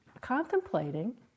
contemplating